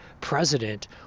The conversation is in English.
president